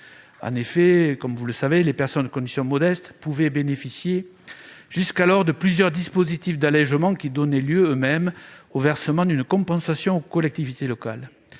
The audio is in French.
En effet, les personnes de conditions modestes pouvaient bénéficier jusqu'alors de plusieurs dispositifs d'allégements, qui donnaient lieu, eux-mêmes, au versement d'une compensation aux collectivités locales.